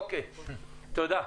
אוקיי, תודה.